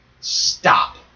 stop